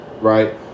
Right